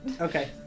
Okay